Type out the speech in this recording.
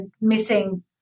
missing